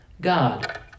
God